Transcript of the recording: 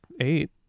eight